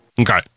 Okay